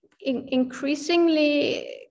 increasingly